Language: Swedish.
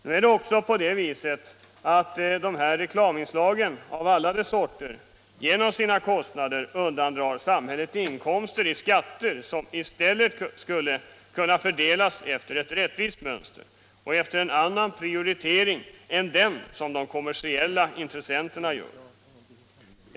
Nu är det också på det viset att dessa reklaminslag av alla de sorter genom sina kostnader undandrar samhället inkomster i skatter, som i stället skulle kunnat fördelas efter ett rättvist mönster och efter en annan prioritering än den som de kommersiella intressenterna gör.